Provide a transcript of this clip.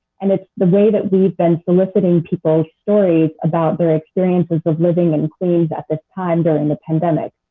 and it's the way that we've been soliciting people's stories about their experiences of living in queens at this time during the pandemic.